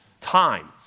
time